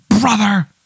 brother